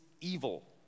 evil